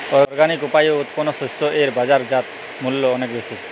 organic উপায়ে উৎপন্ন শস্য এর বাজারজাত মূল্য অনেক বেশি